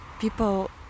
people